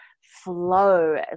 flow